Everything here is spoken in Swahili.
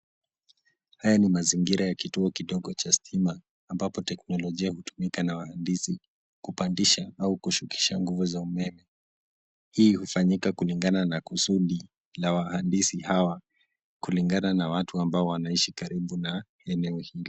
Haya ni mazingira ya kituo kidogo cha stima, ambapo teknolojia hutumika na waandisi kupandisha au kushukisha nguvu za umeme. Hii hufanyika kulingana na kusudi la waandisi hawa, kulingana na watu ambao wanaishi karibu na eneo hilo.